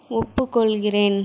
ஒப்புக்கொள்கிறேன்